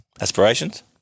Aspirations